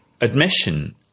admission